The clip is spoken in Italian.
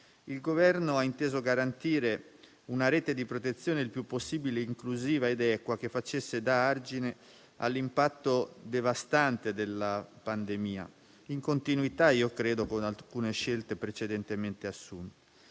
il Governo ha inteso garantire una rete di protezione il più possibile inclusiva ed equa, che facesse da argine all'impatto devastante della pandemia, in continuità - io credo - con alcune scelte precedentemente assunte.